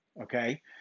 Okay